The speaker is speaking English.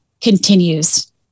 continues